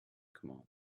commands